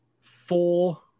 four